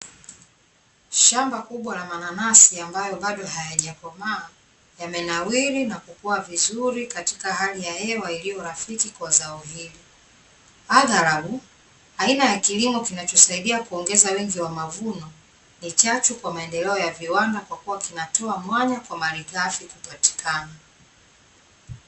Shamba kubwa la mananasi ambayo bado hayajakomaa, yamenawiri na kukua vizuri katika hali ya hewa iliyo rafiki kwa zao hili. Aghalabu, aina ya kilimo kinachosaidia kuongeza wingi wa mavuno ni chachu kwa maendeleo ya viwanda kwa kuwa kinatoa mwanya kwa malighafi kupatikana.